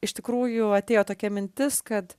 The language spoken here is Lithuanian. iš tikrųjų atėjo tokia mintis kad